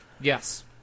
Yes